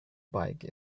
bike